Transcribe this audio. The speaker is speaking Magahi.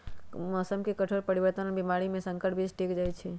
मौसम के कठोर परिवर्तन और बीमारी में संकर बीज टिक जाई छई